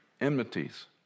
enmities